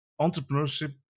entrepreneurship